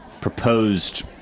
proposed